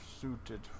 suited